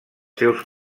seus